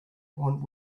one